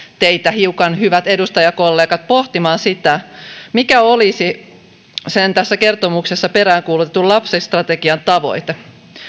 teitä hiukan hyvät edustajakollegat pohtimaan sitä mikä olisi sen tässä kertomuksessa peräänkuulutetun lapsistrategian tavoite